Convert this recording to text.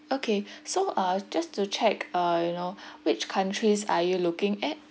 okay so uh just to check uh you know which countries are you looking at